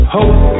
Hope